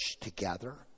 together